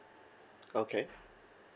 okay